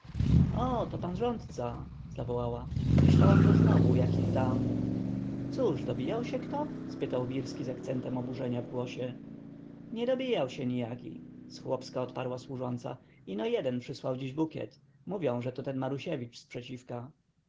o to pan rządca zawołała myślałam że znowu jaki tam cóż dobijał się kto spytał wirski z akcentem oburzenia w głosie nie dobijał się nijaki zchłopska odparła służąca ino jeden przysłał dziś bukiet mówią że to ten marusiewicz z przeciwka